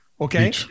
Okay